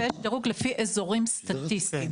ויש דירוג לפי אזורים סטטיסטיים.